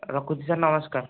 ରଖୁଛି ସାର୍ ନମସ୍କାର